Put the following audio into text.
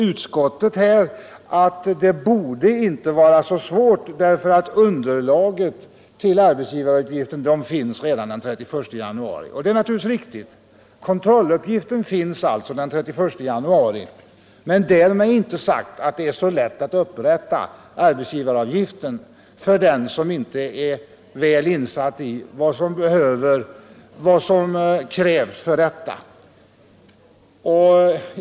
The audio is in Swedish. Utskottet säger att det borde inte vara så svårt med detta därför att underlaget till arbetsgivaruppgiften finns redan den 31 januari. Det är naturligtvis riktigt. Kontrolluppgiften finns alltså den 31 januari, men därmed är inte sagt att det är så lätt att upprätta arbetsgivaruppgiften för den som inte är väl insatt i vad som krävs härvidlag.